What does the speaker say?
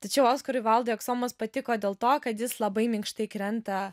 tačiau oskarui valdui aksomas patiko dėl to kad jis labai minkštai krenta